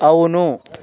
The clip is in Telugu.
అవును